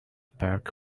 park